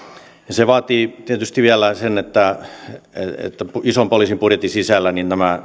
se vaatii tietysti vielä sen että poliisin ison budjetin sisällä nimenomaan näin